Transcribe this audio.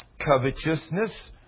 covetousness